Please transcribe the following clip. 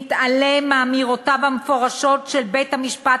מתעלם מאמירותיו המפורשות של בית-המשפט